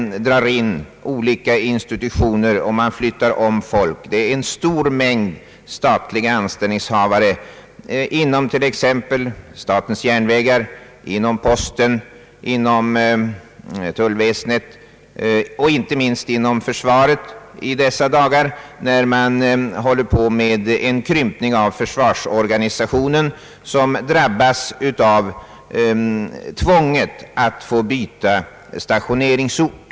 Olika institutioner dras in och folk flyttas om. Detta gäller en mängd statliga anställningshavare inom t.ex. statens järnvägar, posten, tullväsendet och inte minst inom försvaret, där den pågående krympningen av försvarsorganisationen tvingar många anställda att byta stationeringsort.